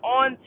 on